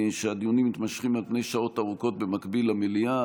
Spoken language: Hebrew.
שהדיונים מתמשכים על פני שעות ארוכות במקביל למליאה.